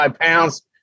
pounds